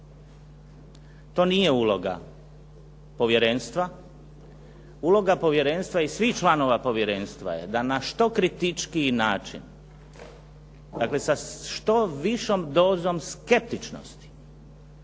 To nije uloga povjerenstva. Uloga povjerenstva i svih članova povjerenstva je da na što kritičkiji način, dakle sa što višom dozom skeptičnosti